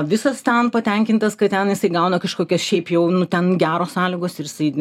visas ten patenkintas kad ten jisai gauna kažkokias šiaip jau nu ten geros sąlygos ir jisai